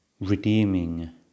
redeeming